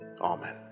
Amen